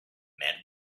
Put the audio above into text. met